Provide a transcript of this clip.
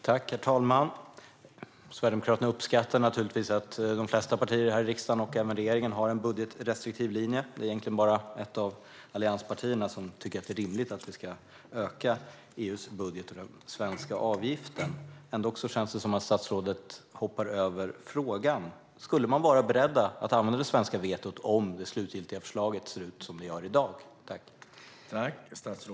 Herr talman! Sverigedemokraterna uppskattar givetvis att regeringen och de flesta partierna i riksdagen har en budgetrestriktiv linje. Det är egentligen bara ett av allianspartierna som tycker att det är rimligt att EU:s budget och den svenska avgiften ska öka. Ändock känns det som att statsrådet hoppar över frågan. Är regeringen beredd att använda det svenska vetot om det slutgiltiga förslaget ser ut som dagens förslag?